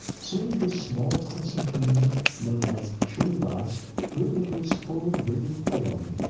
soon this small crescent moon known as shrinivas grew into his full, brilliant form,